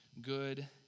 good